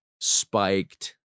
spiked